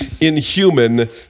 inhuman